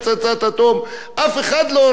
אף אחד לא ישתמש בזה.